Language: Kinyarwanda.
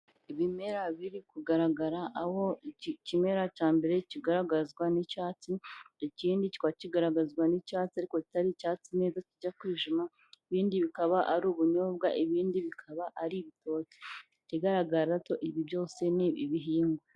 Ibimera biri kugaragara aho ikimera cya mbere kigaragazwa n'icyatsi, kindi kikaba kigaragazwa n'icyatsi ariko kitari icyatsi neza kijya kwijima, ibindi bikaba ari ubunyobwa, ibindi bikaba ari ibitoki, ikigaragara cyo ibi byose ni ibihingwa.